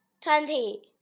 twenty